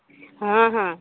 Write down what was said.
ହଁ ହଁ